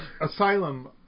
Asylum